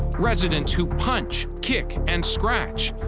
residents who punch, kick, and scratch.